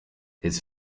his